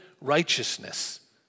righteousness